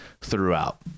throughout